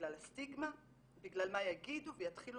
בגלל הסטיגמה או בגלל מה יגידו ויתחילו